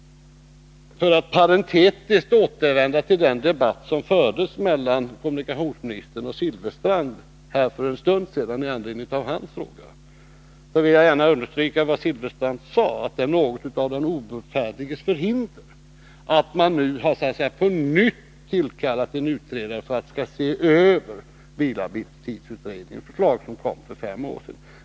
För att parentetiskt återvända till den debatt som fördes mellan kommunikationsministern och Bengt Silfverstrand för en stund sedan med anledning av Bengt Silfverstrands fråga vill jag gärna understryka vad Bengt Silfverstrand sade, nämligen att det är något av den obotfärdiges förhinder att man nu på nytt tillkallat en utredning för att se över bilarbetstidsutredningens förslag, som kom för fem år sedan.